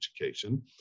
education